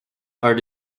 are